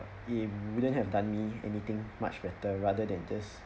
it wouldn't have done me anything much better rather than just